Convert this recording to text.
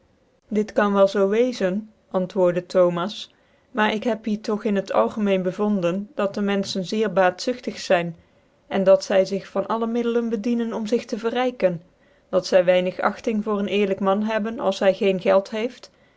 ijit kan wel zoo wezen antwoordc thomas maar ik heb hier dog in het algemeen gevonden dat dc menfehen zeer baatzugtig zyn en dat zy zig van alle middelen bedienen om zig te verryken dat zy weinig agting voor een eerlijk man hebben als h y geen geld heeft